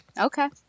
Okay